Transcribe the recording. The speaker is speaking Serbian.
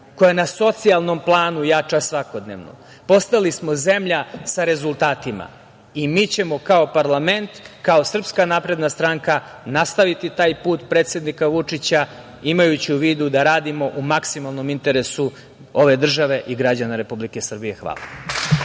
koja na socijalnom planu jača svakodnevno. Postali smo zemlja sa rezultatima i mi ćemo kao parlament, kao SNS nastaviti taj put predsednika Vučića imajući u vidu da radimo u maksimalnom interesu ove države i građana Republike Srbije. Hvala.